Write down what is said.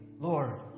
Lord